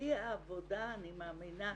היא העבודה, אני מאמינה,